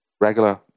regular